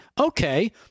Okay